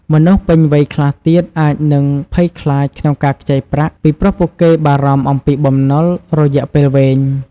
មនុស្សពេញវ័យខ្លះទៀតអាចនឹងភ័យខ្លាចក្នុងការខ្ចីប្រាក់ ពីព្រោះពួកគេបារម្ភអំពីបំណុលរយៈពេលវែង។